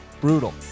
brutal